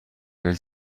del